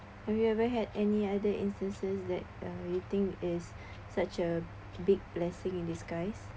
have you ever had any other instances that uh waiting is such a big blessing in disguise